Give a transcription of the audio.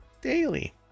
daily